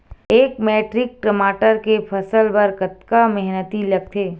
एक मैट्रिक टमाटर के फसल बर कतका मेहनती लगथे?